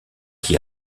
qui